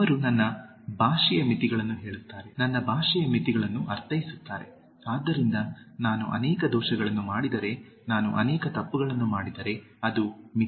ಅವರು ನನ್ನ ಭಾಷೆಯ ಮಿತಿಗಳನ್ನು ಹೇಳುತ್ತಾರೆ ನನ್ನ ಭಾಷೆಯ ಮಿತಿಗಳನ್ನು ಅರ್ಥೈಸುತ್ತಾರೆ ಆದ್ದರಿಂದ ನಾನು ಅನೇಕ ದೋಷಗಳನ್ನು ಮಾಡಿದರೆ ನಾನು ಅನೇಕ ತಪ್ಪುಗಳನ್ನು ಮಾಡಿದರೆ ಅದು ಮಿತಿಯಾಗಿದೆ